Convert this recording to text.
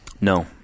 no